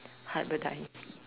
hybridize